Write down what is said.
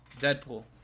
Deadpool